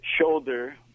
shoulder